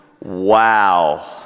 Wow